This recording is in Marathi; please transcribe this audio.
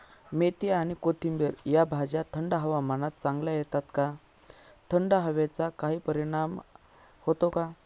मेथी आणि कोथिंबिर या भाज्या थंड हवामानात चांगल्या येतात का? थंड हवेचा काही परिणाम होतो का?